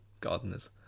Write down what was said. gardeners